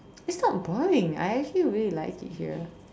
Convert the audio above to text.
it's not boring I actually really like it here